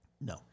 No